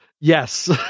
yes